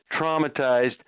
traumatized